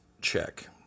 check